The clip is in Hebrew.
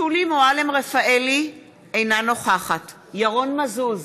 שולי מועלם-רפאלי, אינה נוכחת ירון מזוז,